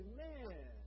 Amen